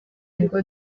ngo